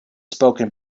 spoken